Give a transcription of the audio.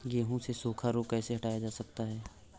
गेहूँ से सूखा रोग कैसे हटाया जा सकता है?